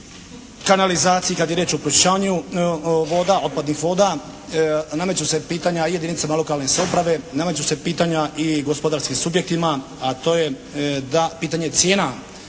o kanalizaciji, kad je riječ o pročišćavanju voda, otpadnih voda, a nameću se pitanja jedinicama lokalne samouprave. Nameću se pitanja i gospodarskim subjektima a to je da, pitanje cijena